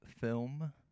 film